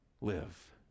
live